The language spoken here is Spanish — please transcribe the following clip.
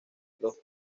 los